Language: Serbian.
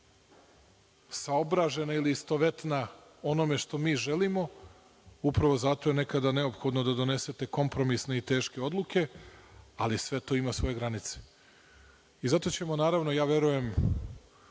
saobražena ili istovetna onome što mi želimo. Upravo zato je neophodno da nekada donesete kompromisne i teške odluke, ali sve to ima svoje granice. Zato ćemo, ja verujem,